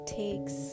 takes